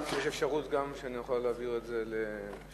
יש גם אפשרות להעביר את זה לשבוע הבא.